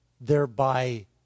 thereby